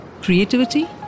Creativity